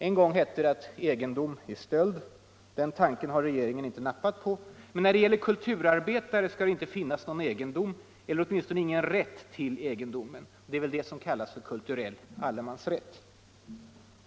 En gång hette det att ”egendom är stöld”. Den tanken har regeringen inte nappat på. Men när det gäller kulturarbetare skall det inte finnas någon egendom, eller åtminstone inte rätt till egendom. Det är väl det som kallas för ”kulturell allemansrätt”.